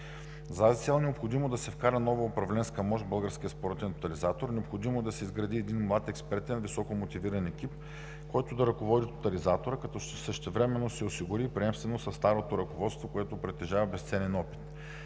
тази цел е необходимо да се вкара нова управленска мощ в Българския спортен тотализатор. Необходимо е да се изгради един млад експертен, високо мотивиран екип, който да ръководи тотализатора, като същевременно се осигури приемственост със старото ръководство, което притежава безценен опит.